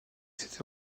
c’était